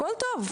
הכול טוב.